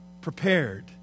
prepared